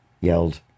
yelled